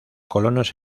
colonos